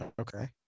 Okay